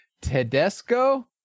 Tedesco